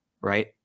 right